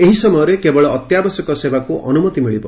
ଏହି ସମୟରେ କେବଳ ଅତ୍ୟାବଶ୍ୟକ ସେବାକୁ ଅନୁମତି ମିଳିବ